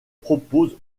propose